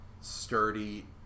sturdy